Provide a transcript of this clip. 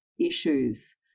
issues